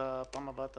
1 עד 2,